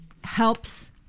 helps